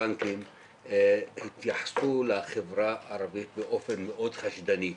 הבנקים התייחסו לחברה הערבית באופן מאוד חשדני.